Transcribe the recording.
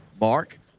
Mark